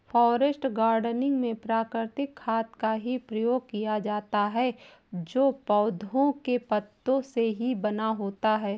forest gardening में प्राकृतिक खाद का ही प्रयोग किया जाता है जो पौधों के पत्तों से ही बना होता है